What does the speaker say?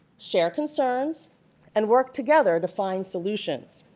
share concerns and work together to find solutions.